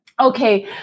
Okay